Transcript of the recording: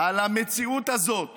על המציאות הזאת